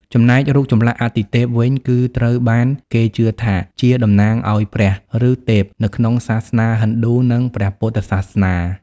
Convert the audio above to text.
ចំណែក រូបចម្លាក់អាទិទេព វិញ គឺត្រូវបានគេជឿថាជាតំណាងឱ្យព្រះ ឬទេពនៅក្នុងសាសនាហិណ្ឌូ និងព្រះពុទ្ធសាសនា។